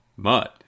mud